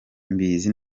mbizi